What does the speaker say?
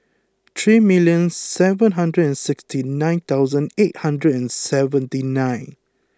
three million seven hundred and sixty nine thousand eight hundred and seventy nine